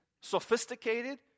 sophisticated